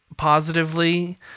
positively